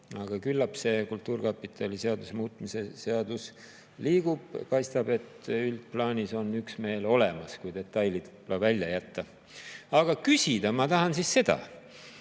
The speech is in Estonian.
aga küllap kultuurkapitali seaduse muutmise seadus liigub. Paistab, et üldplaanis on üksmeel olemas, kui detailid välja jätta. Aga küsida ma tahan seda.